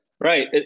Right